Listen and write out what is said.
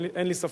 אין לי ספק.